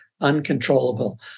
Uncontrollable